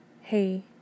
hey